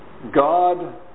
God